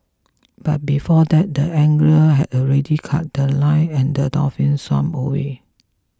but before that the angler had already cut The Line and the dolphin swam away